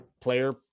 player